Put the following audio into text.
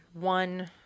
one